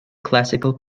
classical